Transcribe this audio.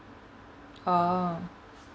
oh